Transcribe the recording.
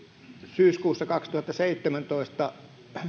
syyskuussa kaksituhattaseitsemäntoista